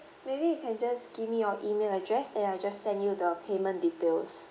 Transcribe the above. maybe you can just give me your email address and I just send you the payment details